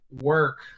work